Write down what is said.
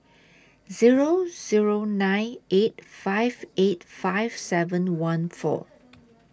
Zero Zero nine eight five eight five seven one four